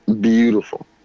Beautiful